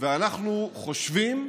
ואנחנו חושבים,